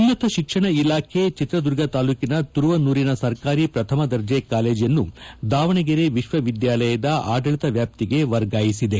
ಉನ್ನತ ಶಿಕ್ಷಣ ಇಲಾಖೆ ಚಿತ್ರದುರ್ಗ ತಾಲೂಕಿನ ತುರುವನೂರಿನ ಸರ್ಕಾರಿ ಪ್ರಥಮ ದರ್ಜೆ ಕಾಲೇಜನ್ನು ದಾವಣಗೆರೆ ವಿಶ್ವವಿದ್ದಾಲಯದ ಆಡಳಿತದ ವ್ವಾಪ್ತಿಗೆ ವರ್ಗಾಯಿಸಿದೆ